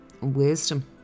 wisdom